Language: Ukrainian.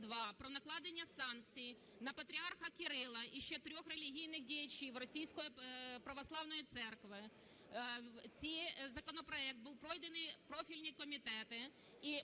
про накладення санкцій на патріарха Кирила і ще трьох релігійних діячів Російської православної церкви. Цей законопроект був пройдений профільні комітети